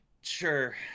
sure